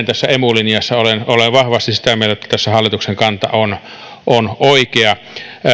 tässä emu linjassa joka oli toinen olen vahvasti sitä mieltä että tässä hallituksen kanta on on oikea